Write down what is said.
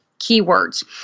keywords